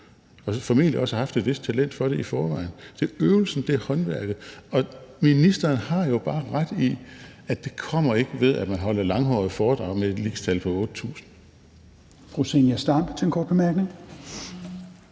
og formentlig også har haft et vist talent for det i forvejen. Det er øvelsen, det er håndværket. Og ministeren har jo bare ret i, at det jo ikke kommer, ved at man holder langhårede foredrag med et lixtal på 8.000.